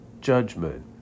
judgment